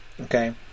okay